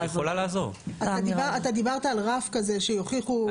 אתה דיברת על רף כזה שיוכיחו.